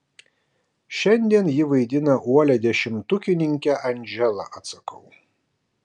šiandien ji vaidina uolią dešimtukininkę andželą atsakau